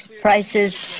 prices